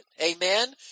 Amen